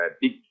big